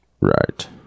Right